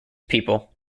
people